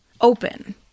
open